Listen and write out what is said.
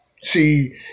See